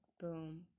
boom